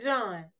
John